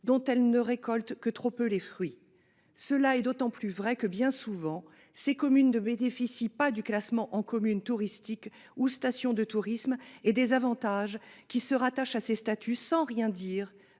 dont elles ne récoltent que trop peu les fruits. C’est d’autant plus vrai que, bien souvent, ces communes ne bénéficient ni du classement en commune touristique ou station de tourisme ni des avantages qui se rattachent à ces statuts, sans parler de